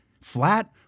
flat